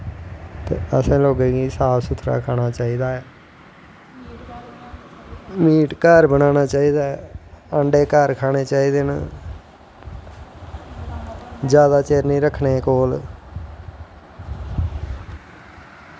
ते असैं लोकें गी सफा सुथरा खानां चाही दा ऐ मीट घर बनानां चाही दा ऐ अंदे घर खानें चाही दे न जादा देर नी रक्खनें कोल